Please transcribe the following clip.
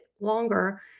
longer